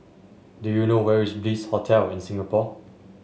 do you know where is Bliss Hotel in Singapore